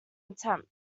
attempt